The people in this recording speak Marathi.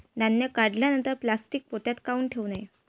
धान्य काढल्यानंतर प्लॅस्टीक पोत्यात काऊन ठेवू नये?